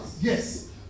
Yes